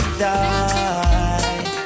die